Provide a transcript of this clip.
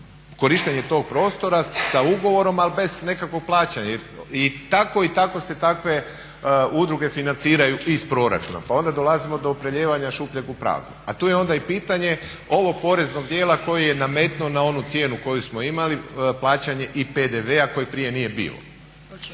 korištenje tog prostora sa ugovorom ali bez nekakvog plaćanja? Jer i tako i tako se takve udruge financiraju iz proračuna. Pa onda dolazimo do prelijevanja šupljeg u prazno. A tu je onda i pitanje ovog poreznog djela koji je nametnu na onu cijenu koju smo imali plaćanje i PDV-a koji prije nije bio.